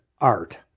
art